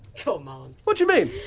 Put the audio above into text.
come on. what do you mean?